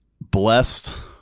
blessed